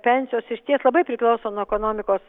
pensijos išties labai priklauso nuo ekonomikos